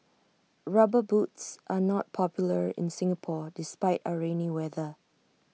rubber boots are not popular in Singapore despite our rainy weather